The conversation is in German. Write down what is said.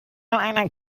einer